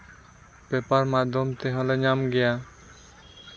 paper ᱢᱟᱫᱽᱫᱷᱚᱢ ᱛᱮᱦᱚᱸ ᱞᱮ ᱧᱟᱢ ᱜᱮᱭᱟ